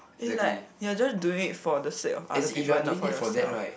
is like you're just doing it for the sake of other people and not for yourself